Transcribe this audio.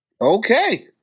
Okay